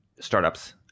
startups